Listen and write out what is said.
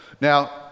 Now